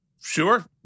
Sure